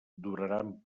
duraran